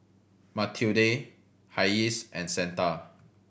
Matilde Hayes and Santa